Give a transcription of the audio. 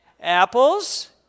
Apples